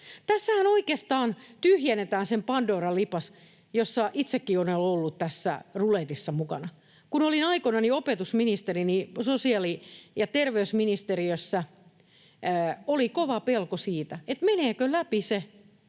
Tässähän oikeastaan tyhjennetään se pandoran lipas, jossa itsekin olen ollut tässä ruletissa mukana. Kun olin aikoinani opetusministeri, sosiaali- ja terveysministeriössä oli kova pelko siitä, meneekö läpi se,